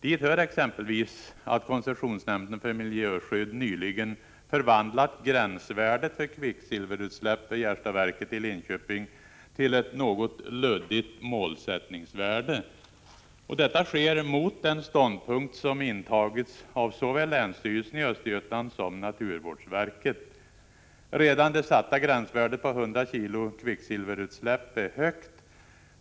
Dit hör exempelvis att koncessionsnämnden för miljöskydd nyligen förvandlat gränsvärdet för kvicksilverutsläpp vid Gärstadsverket i Linköping till ett något luddigt målsättningsvärde. Detta sker mot den ståndpunkt som intagits av såväl länsstyrelsen i Östergötland som naturvårdsverket. Redan det satta gränsvärdet på 100 kg kvicksilverutsläpp är högt.